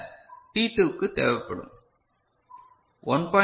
பின்னர் t 2 க்கு தேவைப்படும் 1